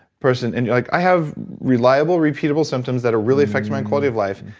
person and you're like, i have reliable, repeatable symptoms that are really affecting my quality of life,